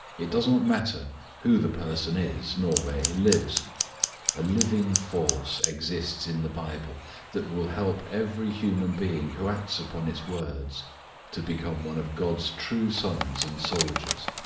it does not matter who the person is, nor where he lives a living force exists in the bible that will help every human being who acts upon its words to become one of god's true sons and soldiers.